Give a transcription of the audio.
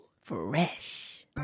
Fresh